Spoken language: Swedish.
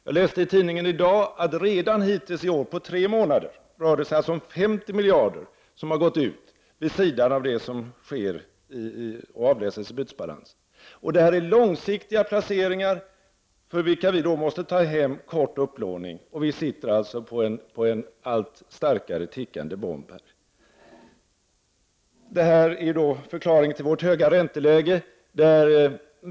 Jag läste i tidningen i dag att redan hittills i år, på tre månader, har 50 miljarder gått ut vid sidan av det som kan avläsas i bytesbalansen. Det här är långsiktiga placeringar, för vilka vi måste ta hem kort upplåning, och vi sitter alltså på en allt starkare tickande bomb. Det är förklaringen till vårt höga ränteläge.